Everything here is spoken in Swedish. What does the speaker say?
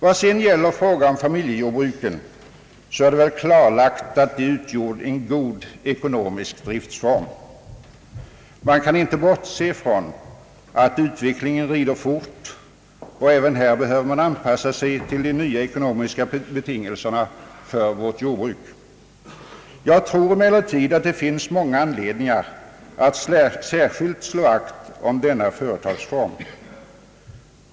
Vad sedan gäller familjejordbruken är det väl klarlagt att de innebär en god ekonomisk driftsform. Man kan inte bortse från att utvecklingen rider fort — även här behövs en anpassning till de nya ekonomiska betingelserna för vårt jordbruk. Jag tror emellertid att det finns många anledningar att särskilt slå vakt om denna företagsform.